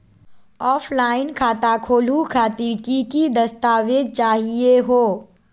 Offline खाता खोलहु खातिर की की दस्तावेज चाहीयो हो?